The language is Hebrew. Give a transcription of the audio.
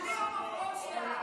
לספור את נאומי התודעה השקריים שלו?